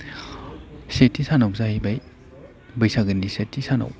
सेथि सानाव जाहैबाय बैसागोनि सेथि सानाव